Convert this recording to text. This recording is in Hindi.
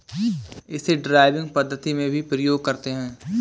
इसे ड्राइविंग पद्धति में भी प्रयोग करते हैं